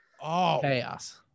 chaos